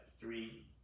three